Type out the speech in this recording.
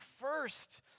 first